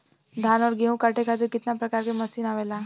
धान और गेहूँ कांटे खातीर कितना प्रकार के मशीन आवेला?